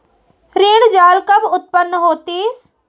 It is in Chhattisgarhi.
ऋण जाल कब उत्पन्न होतिस?